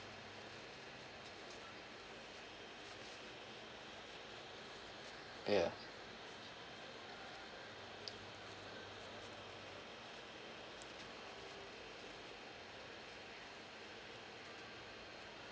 ya